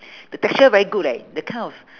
the texture very good leh the kind of